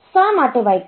શા માટે માઇક્રો